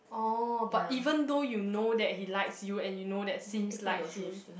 oh but even though you know that he likes you and you know that seems like him